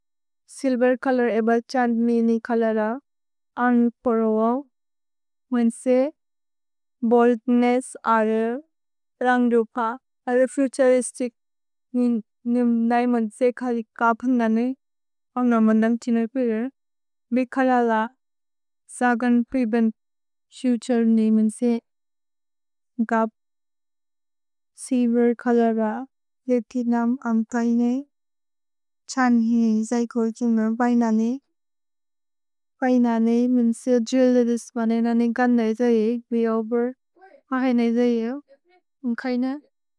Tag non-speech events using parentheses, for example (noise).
Silver colour एबर चान मेनी कलरा, आन परवाव। मुझेन से बॉल्डनेस आरे रङ्डूपा आरे फ्यूचरिस्टिक निम्दाई (hesitation) मंजेखारी काप हुन्दाने पांगण मंदं चिनपिर, विखलाला सागन प्रिबंट शूचर नी मंजेखाप। सिल्वर कलरा येथी नाम अम्थाईने, चान ही जाई कोई जिम्णा भाईनाने भाईनाने मुझेन से जुलिलिस्ट बने नानें कान नाई जाई, वियोबर, हाँ है नाई जाईयो, मुझेन काईना।